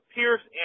Pierce